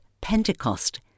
Pentecost